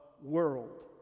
world